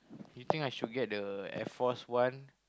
you think I should get the Air Force One